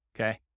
Okay